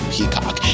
Peacock